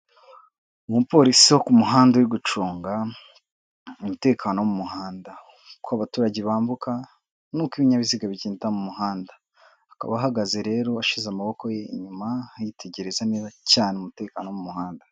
Umupolisi wo ku muhanda uri gucunga umutekano wo mu muhanda. uko abaturage bambuka, n' ibinyabiziga bigenda mu muhanda. Akaba ahagaze rero ashize amaboko ye inyuma, yitegereza neza cyane umutekano wo mu muhanda.